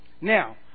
Now